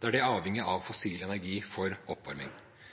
der de er avhengige av fossil energi for oppvarming. Det er en uforutsigbar energikilde. Vi vet jo at deler av årsaken til at strømprisene er så høye, er